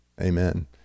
Amen